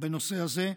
בנושא הזה,